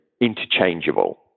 interchangeable